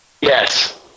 Yes